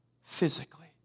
physically